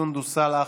סונדוס סאלח,